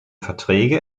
verträge